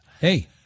hey